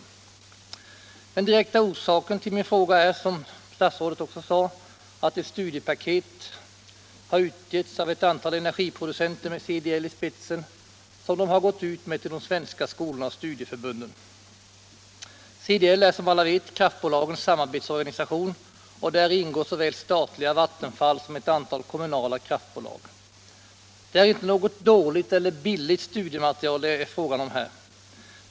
55 Den direkta orsaken till min fråga är det studiepaket som ett antal energiproducenter med CDL i spetsen har gått ut med till de svenska skolorna och studieförbunden. CDL är som alla vet kraftbolagens samarbetsorganisation, och däri ingår såväl statliga Vattenfall som ett antal kommunala kraftbolag. Det är inte något dåligt eller billigt studiematerial som erbjuds.